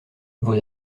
vos